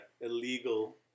illegal